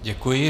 Děkuji.